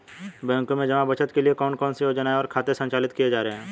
बैंकों में जमा बचत के लिए कौन कौन सी योजनाएं और खाते संचालित किए जा रहे हैं?